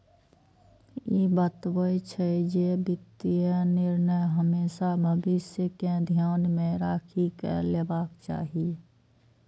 ई बतबै छै, जे वित्तीय निर्णय हमेशा भविष्य कें ध्यान मे राखि कें लेबाक चाही